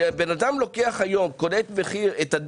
שבן אדם לוקח היום, קונה את הדירה.